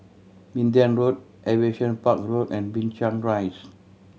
Minden Road Aviation Park Road and Binchang Rise